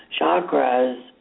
chakras